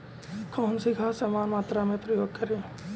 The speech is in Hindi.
कौन सी खाद समान मात्रा में प्रयोग करें?